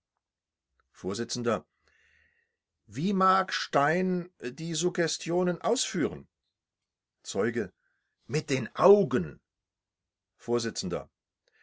vors wie mag stein die suggestionen ausführen zeuge mit den augen